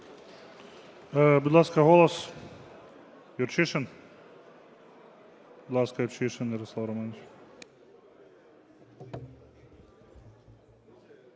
Будь ласка, "Голос", Юрчишин. Будь ласка, Юрчишин Ярослав Романович.